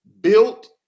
built